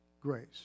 grace